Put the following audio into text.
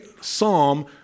Psalm